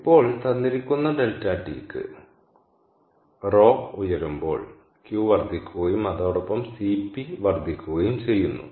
ഇപ്പോൾ തന്നിരിക്കുന്ന ∆T ക്ക് ρ ഉയരുമ്പോൾ Q വർദ്ധിക്കുകയും അതോടൊപ്പം Cp വർദ്ധിക്കുകയും ചെയ്യുന്നു